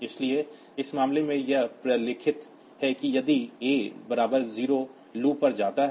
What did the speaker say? इसलिए इस मामले में यह प्रलेखित है कि यदि A बराबर 0 लूप पर जाता है